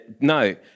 No